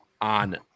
on